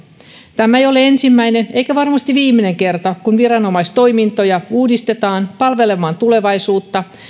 tämä ei ole ensimmäinen eikä varmasti viimeinen kerta kun viranomaistoimintoja uudistetaan palvelemaan tulevaisuutta